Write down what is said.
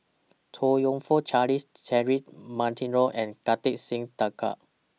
Chong YOU Fook Charles Cedric Monteiro and Kartar Singh Thakral